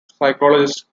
psychologist